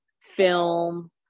film